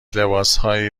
لباسهای